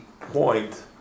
point